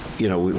you know,